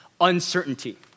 uncertainty